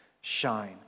shine